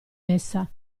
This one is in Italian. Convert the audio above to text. essa